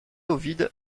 ovide